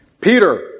Peter